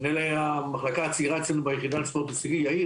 המנהל היה במחלקה הצעירה אצלנו ביחידה לספורט הישגי יאיר,